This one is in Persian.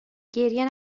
گریه